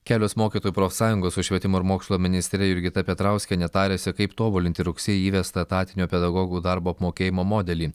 kelios mokytojų profsąjungos su švietimo ir mokslo ministre jurgita petrauskiene tarėsi kaip tobulinti rugsėjį įvestą etatinio pedagogų darbo apmokėjimo modelį